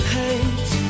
hate